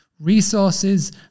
resources